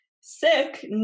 sick